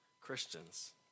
Christians